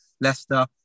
Leicester